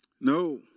No